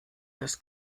das